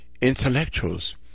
intellectuals